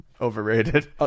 overrated